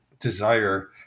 desire